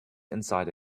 inside